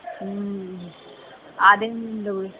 हँ आधे मन लेबै